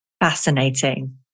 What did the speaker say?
Fascinating